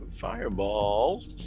fireballs